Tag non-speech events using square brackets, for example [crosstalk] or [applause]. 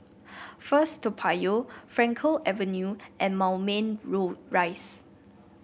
First Toa Payoh Frankel Avenue and Moulmein [unintelligible] Rise